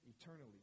eternally